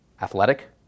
athletic